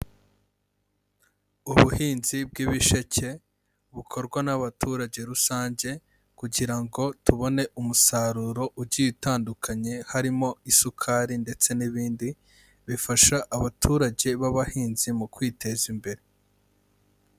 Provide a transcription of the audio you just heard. Ubuhinzi bw'ibisheke, bukorwa n'abaturage rusange kugira ngo tubone umusaruro ugiye utandukanye harimo isukari ndetse n'ibind, bifasha abaturage b'abahinzi mu kwiteza imbere.